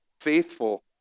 faithful